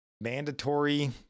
mandatory